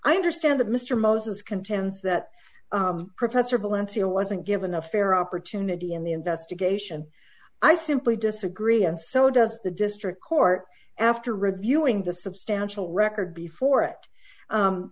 i understand that mr moses contends that professor valencia wasn't given a fair opportunity in the investigation i simply disagree and so does the district court after reviewing the substantial record before it